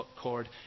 cord